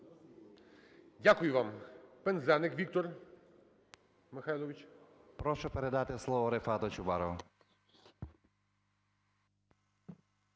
Дякую вам.